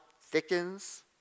thickens